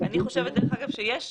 אני חושבת אגב שיש